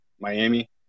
Miami